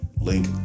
link